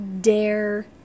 dare